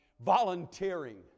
volunteering